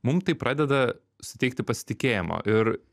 mum tai pradeda suteikti pasitikėjimo ir